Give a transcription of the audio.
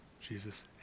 Jesus